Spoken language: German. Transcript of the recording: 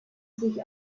sich